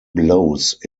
blows